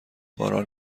باران